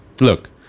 Look